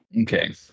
Okay